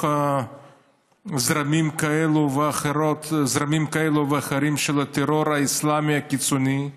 זרמים כאלה ואחרים של הטרור האסלאמי הקיצוני,